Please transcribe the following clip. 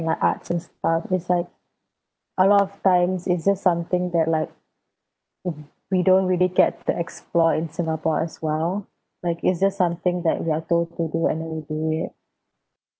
the arts and stuff is like a lot of times it's just something that like mm we don't really get to explore in singapore as well like it's just something that we are told to do and then we do it